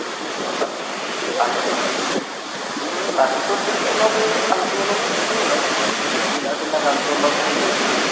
সেইটো এটা ভাল ভালে গাইছে কিন্তু লাষ্টৰ দিশে অলপ এই ফাল্টু অলপ কৰিছে অলপ চিলা চিলা গানটো অলপ সেই গাইছে